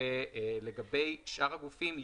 לגבי שאר הגופים,